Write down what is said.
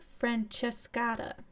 Francescata